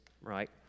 right